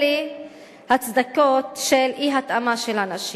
אלה הצדקות של אי-התאמה של הנשים.